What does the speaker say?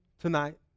tonight